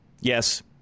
Yes